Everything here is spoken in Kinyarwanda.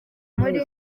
muri